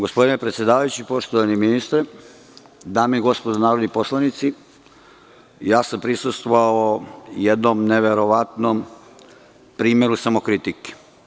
Gospodine predsedavajući, poštovani ministre, dame i gospodo narodni poslanici, prisustvovao sam jednom neverovatnom primeru samokritike.